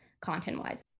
content-wise